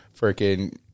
Freaking